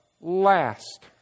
last